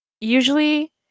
usually